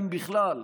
אם בכלל,